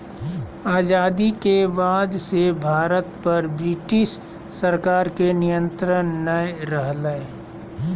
आजादी के बाद से भारत पर ब्रिटिश सरकार के नियत्रंण नय रहलय